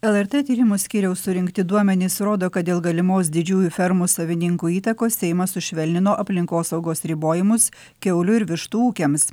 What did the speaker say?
lrt tyrimų skyriaus surinkti duomenys rodo kad dėl galimos didžiųjų fermų savininkų įtakos seimas sušvelnino aplinkosaugos ribojimus kiaulių ir vištų ūkiams